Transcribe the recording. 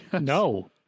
No